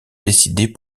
décider